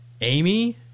Amy